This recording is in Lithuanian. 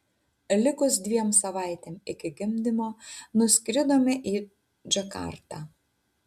likus dviem savaitėm iki gimdymo nuskridome į džakartą